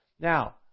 Now